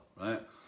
right